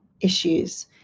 issues